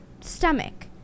stomach